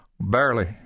Barely